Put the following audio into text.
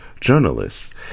journalists